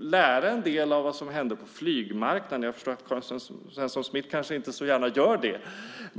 lära en del av vad som hände på flygmarknaden. Jag förstår att Karin Svensson Smith kanske inte så gärna gör det.